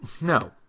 No